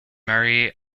marie